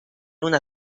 una